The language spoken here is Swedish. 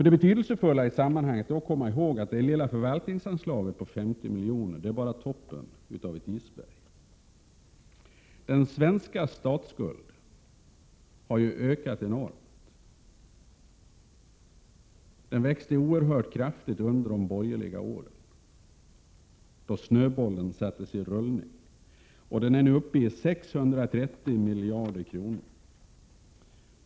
Det betydelsefulla i sammanhanget är att komma ihåg att det lilla förvaltningsanslaget på 50 miljoner bara är toppen på ett isberg. Den svenska statsskulden har ju ökat enormt. Den växte oerhört kraftigt under de borgerliga regeringsåren, då snöbollen sattes i rullning. Och statsskulden är nu uppe i 630 miljarder kronor.